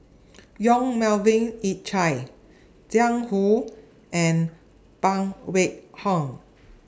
Yong Melvin Yik Chye Jiang Hu and Phan Wait Hong